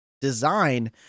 design